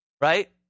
right